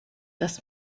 dass